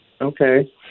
Okay